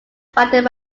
founded